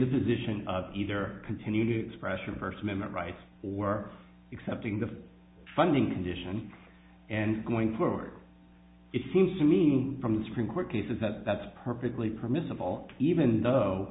the position of either continue to expression first women rights or accepting the funding condition and going forward it seems to mean from the supreme court cases that that's perfectly permissible even though